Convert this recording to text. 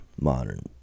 modern